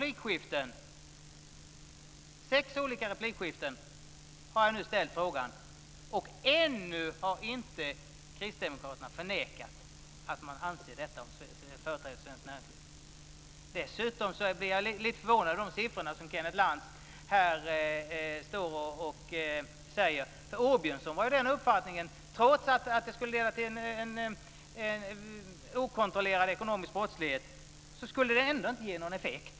I sex olika replikskiften har jag nu ställt frågan, och ännu har inte kristdemokraterna förnekat att man anser detta om företrädare för svenskt näringsliv. Dessutom blir jag lite förvånad över de siffror som Kenneth Lantz här tar fram. Rolf Åbjörnsson var ju av den uppfattningen att detta, trots att det skulle leda till okontrollerad ekonomisk brottslighet, ändå inte skulle ge någon effekt.